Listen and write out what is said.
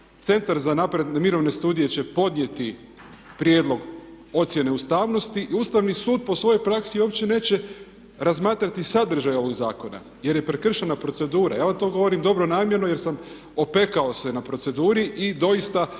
Centar za mirovne studije će podnijeti prijedlog ocjene ustavnosti. I Ustavni sud po svojoj praksi uopće neće razmatrati sadržaj zakona, jer je prekršena procedura. Ja vam to govorim dobronamjerno jer sam opekao se na proceduri i doista dio